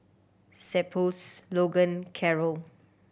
Cephus Logan Karel